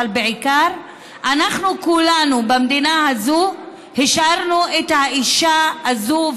אבל בעיקר אנחנו כולנו במדינה הזאת השארנו את האישה הזאת,